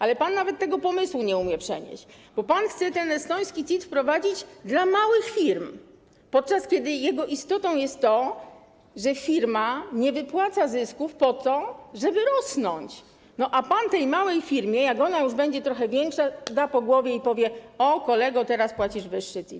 Ale pan nawet tego pomysłu nie umie przenieść, bo pan chce ten estoński CIT wprowadzić dla małych firm, podczas gdy jego istotą jest to, że firma nie wypłaca zysków, po to żeby rosnąć, a pan tej małej firmie, jak ona już będzie trochę większa, da po głowie i powie: o, kolego, teraz płacisz wyższy CIT.